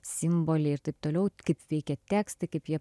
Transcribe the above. simboliai ir taip toliau kaip veikia tekstai kaip jie